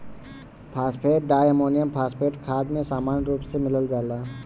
phosphate diammonium phosphate खाद में सामान्य रूप से मिल जाला